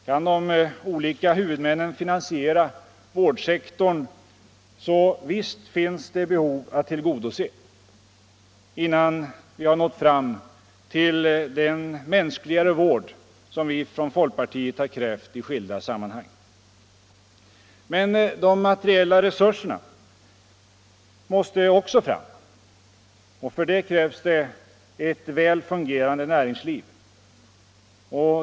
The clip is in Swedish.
Kan de olika huvudmännen bara finansiera vårdsektorn så visst finns det behov att tillgodose innan man har nått fram till den mänskligare vård som vi från folkpartiet har krävt i skilda sammanhang. Men de materiella resurserna måste också fram, och för det krävs ett väl fungerande näringsliv.